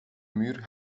muur